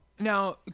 Now